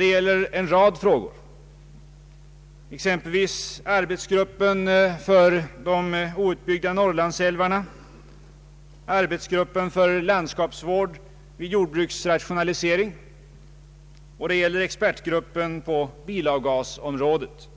i en rad frågor. Det gäller exempelvis arbetsgruppen för de outbyggda Norrlandsälvarna, arbetsgruppen för landskapsvård vid jordbruksrationalisering och expertgruppen på bilavgasområdet.